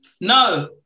No